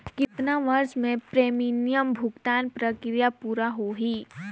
कतना वर्ष मे प्रीमियम भुगतान प्रक्रिया पूरा होही?